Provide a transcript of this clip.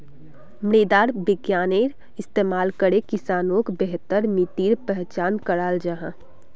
मृदा विग्यानेर इस्तेमाल करे किसानोक बेहतर मित्तिर पहचान कराल जाहा